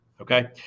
Okay